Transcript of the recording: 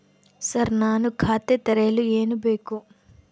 Sir ನಾನು ಖಾತೆ ತೆರೆಯಲು ಏನು ಬೇಕು?